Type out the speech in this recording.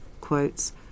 quotes